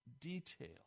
detail